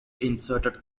inserted